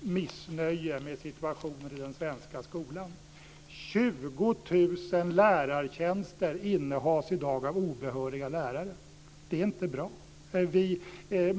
missnöje med situationen i den svenska skolan. Det är inte bra.